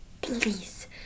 please